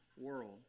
world